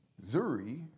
Zuri